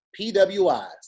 PWIs